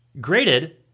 graded